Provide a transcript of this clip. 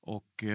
Och